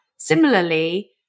Similarly